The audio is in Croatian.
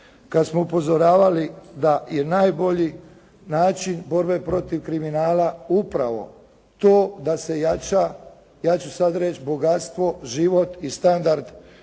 kad smo upozoravali da je najbolji način borbe protiv kriminala upravo to da se jača, ja ću sad reći bogatstvo, život i standard građana